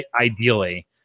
Ideally